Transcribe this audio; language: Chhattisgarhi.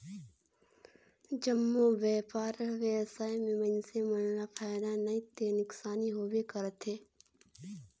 जम्मो बयपार बेवसाय में मइनसे मन ल फायदा नइ ते नुकसानी होबे करथे